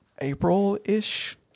April-ish